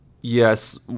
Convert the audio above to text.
yes